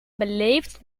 beleefd